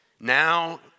Now